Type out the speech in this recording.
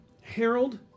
Harold